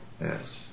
yes